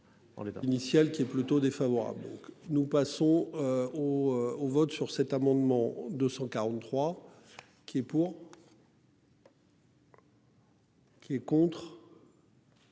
initial qui est plutôt défavorable, donc nous passons au au vote sur cet amendement 243 qui est pour. Qui est contre.